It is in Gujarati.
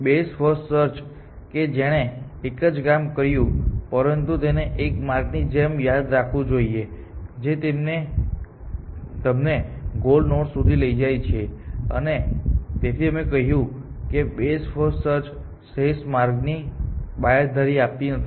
બેસ્ટ ફર્સ્ટ સર્ચ કે જેણે એક જ કામ કર્યું છે પરંતુ તેને એક માર્ગની જેમ યાદ રાખવું જોઈએ જે તમને ગોલ નોડ સુધી લઈ જાય છે અને તેથી અમે કહ્યું કે બેસ્ટ ફર્સ્ટ સર્ચ શ્રેષ્ઠ માર્ગ ની બાંયધરી આપતી નથી